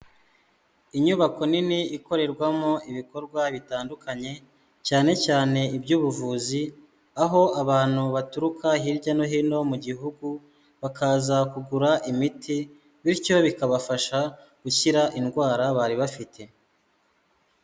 Inyubako nini ikorerwamo ibikorwa bitandukanye cyane cyane iby'ubuvuzi, aho abantu baturuka hirya no hino mu gihugu bakaza kugura imiti, bityo bikabafasha gukira indwara bari bafite.